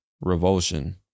revulsion